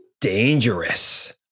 dangerous